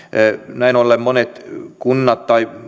näin ollen monet kunnat tai